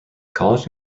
college